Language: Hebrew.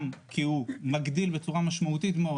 גם כי הוא מגדיל בצורה משמעותית מאוד